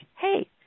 hey